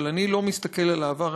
אבל אני לא מסתכל על העבר,